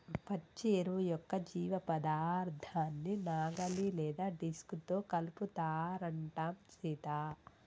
పచ్చి ఎరువు యొక్క జీవపదార్థాన్ని నాగలి లేదా డిస్క్ తో కలుపుతారంటం సీత